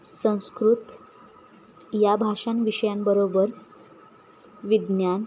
संस्कृत या भाषाविषयांबरोबर विज्ञान